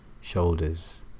shoulders